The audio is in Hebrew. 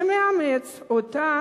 שהוא מאמץ אותה